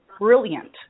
brilliant